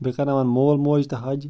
بیٚیہِ کَرناوَن مول موج تہٕ حَج